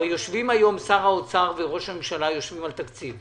הרי ראש הממשלה ושר האוצר יושבים היום על התקציב.